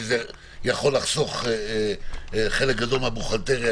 כי זה יכול לחסוך חלק גדול מהבוכהלטריה,